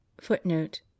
footnote